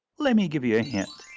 let me give you a hint!